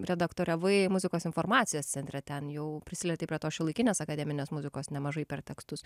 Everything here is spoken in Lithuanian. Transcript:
redaktoriavai muzikos informacijos centre ten jau prisilietei prie tos šiuolaikinės akademinės muzikos nemažai per tekstus